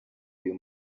uyu